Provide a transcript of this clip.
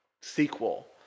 Sequel